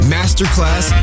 Masterclass